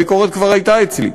הביקורת כבר הייתה אצלי.